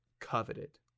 coveted